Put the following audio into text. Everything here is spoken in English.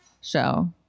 show